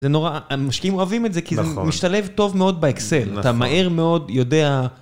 זה נורא משקיעים אוהבים את זה כי זה משתלב טוב מאוד באקסל, אתה מהר מאוד יודע...